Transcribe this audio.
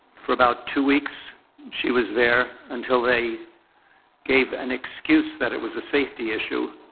for about two weeks she was there, until they gave an excuse, that it was a safety issue,